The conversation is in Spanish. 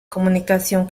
comunicación